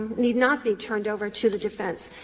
need not be turned over to the defense.